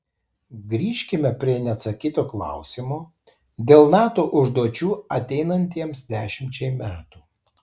grįžkime prie neatsakyto klausimo dėl nato užduočių ateinantiems dešimčiai metų